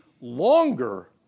longer